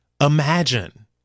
Imagine